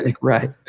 Right